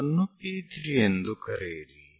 ಅದನ್ನು P3 ಎಂದು ಕರೆಯಿರಿ